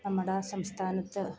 നമ്മുടെ സംസ്ഥാനത്ത്